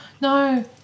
No